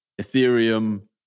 Ethereum